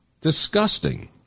disgusting